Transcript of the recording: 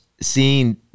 seeing